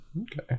Okay